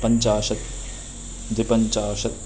पञ्चाशत् द्विपञ्चाशत्